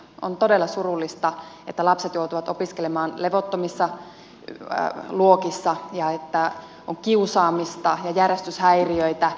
on todella surullista että lapset joutuvat opiskelemaan levottomissa luokissa ja että on kiusaamista ja järjestyshäiriöitä